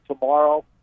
tomorrow